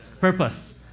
purpose